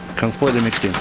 completely mixed in.